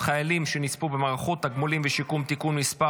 חיילים שנספו במערכה (תגמולים ושיקום) (תיקון מס'